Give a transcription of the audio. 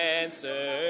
answer